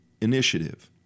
Initiative